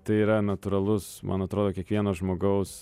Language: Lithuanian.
tai yra natūralus man atrodo kiekvieno žmogaus